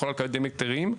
היא יכולה לקדם היתרים,